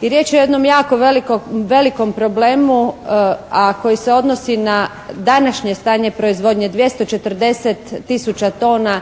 I riječ je o jednom jako velikom problemu a koji se odnosi na današnje stanje proizvodnje 240 tisuća tona